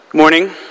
Morning